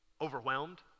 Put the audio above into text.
overwhelmed